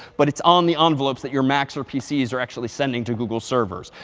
but it's on the envelopes that your macs or pcs are actually sending to google servers.